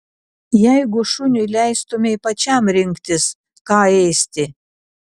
jeigu šuniui leistumei pačiam rinktis ką ėsti